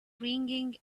ringing